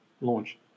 launch